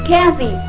Kathy